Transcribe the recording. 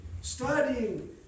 studying